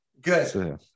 Good